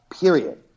period